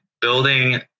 building